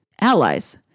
allies